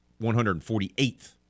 148th